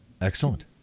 excellent